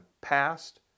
past